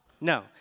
No